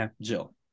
Jill